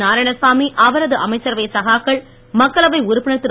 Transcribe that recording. நாராயணசாமி அவரது அமைச்சரவை சகாக்கள் மக்களவை உறுப்பினர் திரு